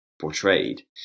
portrayed